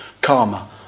karma